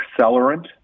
accelerant